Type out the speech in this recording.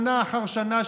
שנה אחר שנה,